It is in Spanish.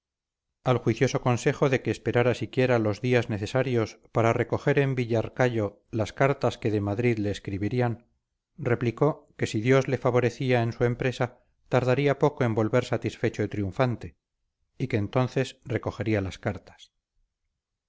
al juicioso consejo de que esperara siquiera los días necesarios para recoger en villarcayo las cartas que de madrid le escribirían replicó que si dios le favorecía en su empresa tardaría poco en volver satisfecho y triunfante y que entonces recogería las cartas